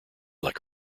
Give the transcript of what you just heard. like